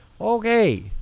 okay